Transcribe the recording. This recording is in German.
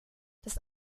das